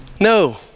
No